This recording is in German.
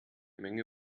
menge